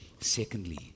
Secondly